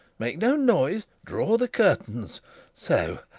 make no noise draw the curtains so,